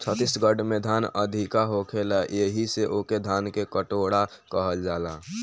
छत्तीसगढ़ में धान अधिका होखेला एही से ओके धान के कटोरा कहल जाला